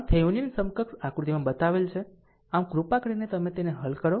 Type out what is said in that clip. આમ થેવેનિન સમકક્ષ આકૃતિમાં બતાવેલ છે આમ કૃપા કરીને તમે તેને હલ કરો